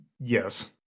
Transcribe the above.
yes